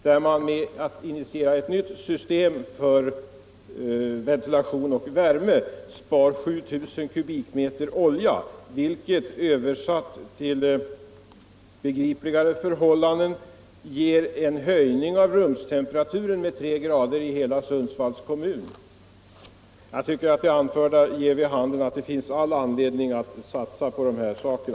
Genom att initiera ett nytt system för ventilation och värme sparar man där 7 000 kubikmeter olja, vilket översatt till begripligare språk är detsamma som en höjning av rumstemperaturen med tre grader i hela Sundsvalls kommun. Jag tycker att det ger vid handen att det finns all anledning att satsa på dessa åtgärder.